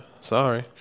sorry